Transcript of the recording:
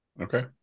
Okay